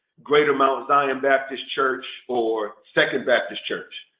greater mount zion baptist church or second baptist church.